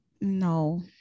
No